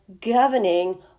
governing